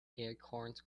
acorns